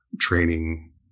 training